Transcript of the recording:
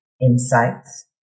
Insights